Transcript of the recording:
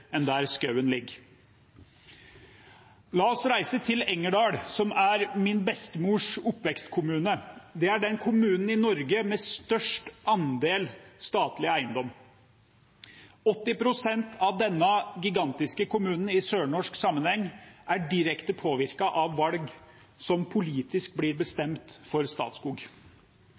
enn der skogen ligger. La oss reise til Engerdal, som er min bestemors oppvekstkommune. Det er den kommunen i Norge som har størst andel statlig eiendom. 80 pst. av denne i sørnorsk sammenheng gigantiske kommunen er direkte påvirket av valg som politisk blir tatt for Statskog.